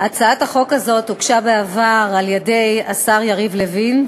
הצעת החוק הזאת הוגשה בעבר על-ידי השר יריב לוין,